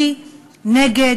אני נגד